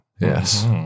Yes